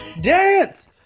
Dance